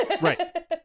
Right